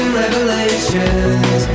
revelations